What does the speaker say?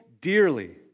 dearly